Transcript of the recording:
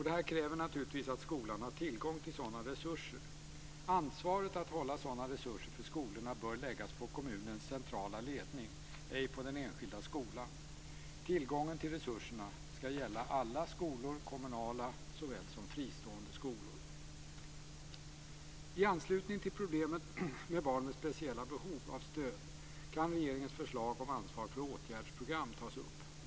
Det kräver naturligtvis att skolan har tillgång till sådana resurser. Ansvaret för att hålla sådana resurser för skolorna bör läggas på kommunens centrala ledning, ej på den enskilda skolan. Tillgången till resurserna skall gälla alla skolor, kommunala såväl som fristående. I anslutning till problemet med barn med speciella behov av stöd kan regeringens förslag om ansvar för åtgärdsprogram tas upp.